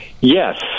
Yes